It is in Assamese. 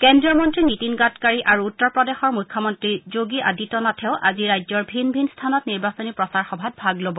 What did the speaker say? কেন্দ্ৰীয় মন্ত্ৰী নীতিন গাডকাৰী আৰু উত্তৰ প্ৰদেশৰ মুখ্যমন্ত্ৰী যোগী আদিত্যনাথেও আজি ৰাজ্যৰ ভিন ভিন স্থানত নিৰ্বাচনী প্ৰচাৰ সভাত ভাগ ল'ব